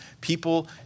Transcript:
people